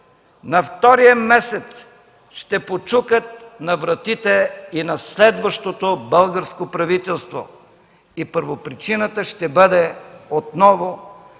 на втория месец ще почукат на вратите и на следващото българско правителство. Първопричината ще бъде отново,